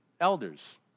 elders